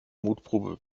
mutprobe